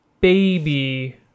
baby